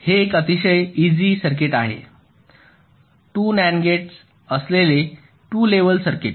हे एक अतिशय इझी सर्किट आहे 2 NAND गेट्स असलेले 2 लेव्हल सर्किट